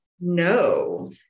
No